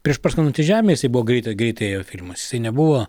prieš parskrendant į žemę jisai buvo greitai greitėjo filmas jisai nebuvo